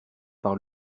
par